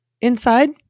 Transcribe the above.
inside